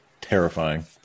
terrifying